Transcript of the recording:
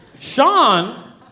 Sean